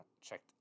checked